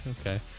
Okay